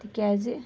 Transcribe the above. تِکیٛازِ